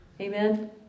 Amen